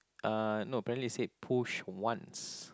uh no apparently it say push once